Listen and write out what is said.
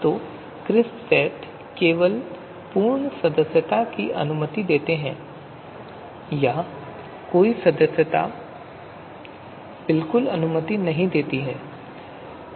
तो crisp set केवल पूर्ण सदस्यता की अनुमति देते हैं या कोई सदस्यता बिल्कुल नहीं